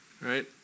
right